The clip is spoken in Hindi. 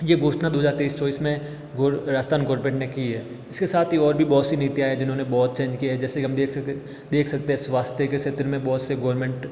ये घोषणा दो हज़ार तेईस चौबिस में राजस्थान ने की है इसके साथ ही और भी बहुत सी नीतियाँ हैं जिन्होंने बहुत से चेंज किये हैं जैसे कि देख सकते हैं स्वास्थ्य के क्षेत्र में बहुत से गोरमेंट